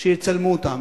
שיצלמו אותם.